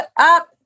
up